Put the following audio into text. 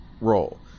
role